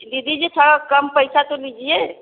दीदी जी थोड़ा कम पैसा तो लीजिए